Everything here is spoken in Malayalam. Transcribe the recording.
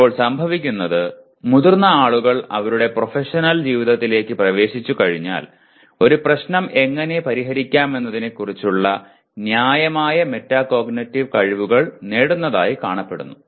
ഇപ്പോൾ സംഭവിക്കുന്നത് മുതിർന്ന ആളുകൾ അവരുടെ പ്രൊഫഷണൽ ജീവിതത്തിലേക്ക് പ്രവേശിച്ചുകഴിഞ്ഞാൽ ഒരു പ്രശ്നം എങ്ങനെ പരിഹരിക്കാമെന്നതിനെക്കുറിച്ചുള്ള ന്യായമായ മെറ്റാകോഗ്നിറ്റീവ് കഴിവുകൾ നേടുന്നതായി കാണപ്പെടുന്നു